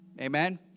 Amen